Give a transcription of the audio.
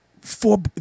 four